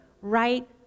right